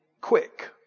Quick